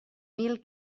mil